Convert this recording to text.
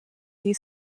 die